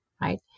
right